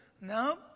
No